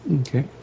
Okay